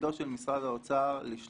שתפקידו של משרד האוצר לשלוח,